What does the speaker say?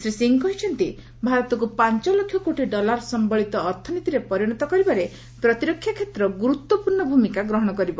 ଶ୍ରୀ ସିଂହ କହିଛନ୍ତି ଭାରତକ୍ର ପାଞ୍ଚ ଲକ୍ଷ କୋଟି ଡଲାର ସମ୍ଭଳିତ ଅର୍ଥନୀତିରେ ପରିଣତ କରିବାରେ ପ୍ରତିରକ୍ଷା କ୍ଷେତ୍ର ଗୁରୁତ୍ୱପୂର୍ଣ୍ଣ ଭୂମିକା ଗ୍ରହଣ କରିବ